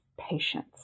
patience